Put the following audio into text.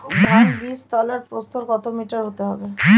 ধান বীজতলার প্রস্থ কত মিটার হতে হবে?